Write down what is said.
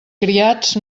criats